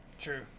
True